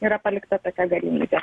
yra palikta tokia galimybė